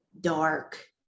dark